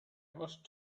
ghost